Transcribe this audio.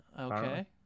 Okay